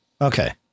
Okay